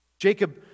Jacob